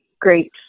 great